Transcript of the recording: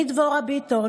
אני, דבורה ביטון,